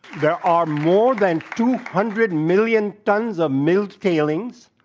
there are more than two hundred million tons of mill tailings,